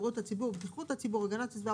בריאות הציבור ובטיחות הציבור והגנת הסביבה,